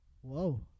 Whoa